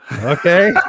Okay